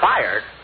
Fired